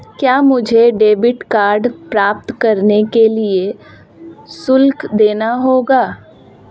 क्या मुझे debit card प्राप्त करने के लिए शुल्क देना होगा?